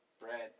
Brad